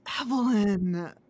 Evelyn